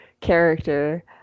character